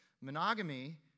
monogamy